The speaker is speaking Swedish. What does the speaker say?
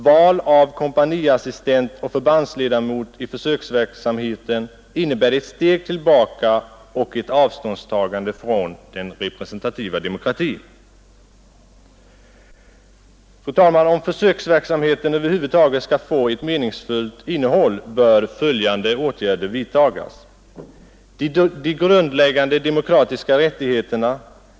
Val av kompaniassistent och förbandsledamot i försöksverksamheten innebär ett steg tillbaka och ett avståndstagande från den representativa demokratin.” Om försöksverksamheten över huvud taget skall få ett meningsfullt innehåll bör följande åtgärder vidtas: 3.